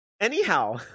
anyhow